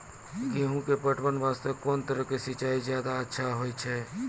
गेहूँ के पटवन वास्ते कोंन तरह के सिंचाई ज्यादा अच्छा होय छै?